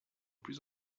plus